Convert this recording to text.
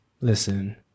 listen